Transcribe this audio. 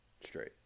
straight